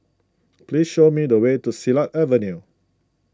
please show me the way to Silat Avenue